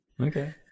Okay